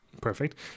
perfect